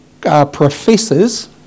professors